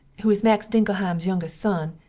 who is max dinkelheims youngist son,